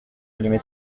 allumé